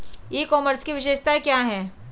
ई commerce की विशेषताएं क्या हैं?